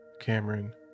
Cameron